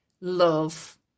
love